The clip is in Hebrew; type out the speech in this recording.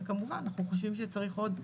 וכמובן אנחנו חושבים שצריך עוד,